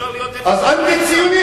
אפשר להיות, אז אנטי-ציוני.